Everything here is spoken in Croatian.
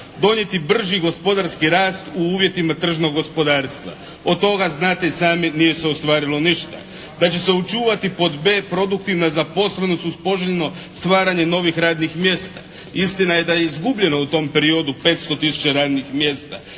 donijeti brži gospodarski rast u uvjetima tržnog gospodarstva. Od toga znate i sami nije se ostvarilo ništa. Da će se očuvati pod b) produktivna zaposlenost uz poželjno stvaranje novih radnih mjesta. Istina je da je izgubljeno u tom periodu 500 tisuća radnih mjesta.